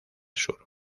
sur